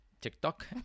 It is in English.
tiktok